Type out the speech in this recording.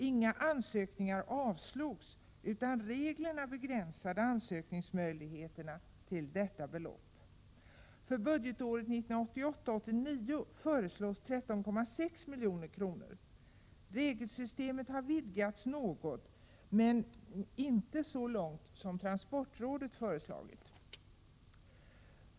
Inga ansökningar avslogs — reglerna begränsade ansökningsmöjligheterna, vilket avspeglas i nämnda belopp. För budgetåret 1988/89 föreslås 13,6 milj.kr. Regelsystemet har utvidgats något, men inte så mycket som transportrådet har föreslagit.